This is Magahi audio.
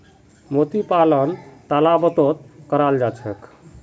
मोती पालन तालाबतो कराल जा छेक